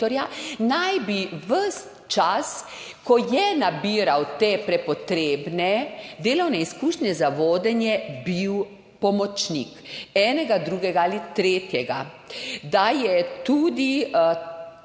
naj bi ves čas, ko je nabiral te prepotrebne delovne izkušnje za vodenje, bil pomočnik enega, drugega ali tretjega, naj bi tudi